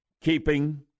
keeping